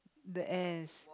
the ants